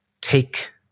take